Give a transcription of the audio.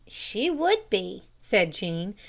she would be, said jean.